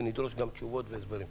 ונדרוש גם תשובות והסברים.